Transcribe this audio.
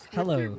Hello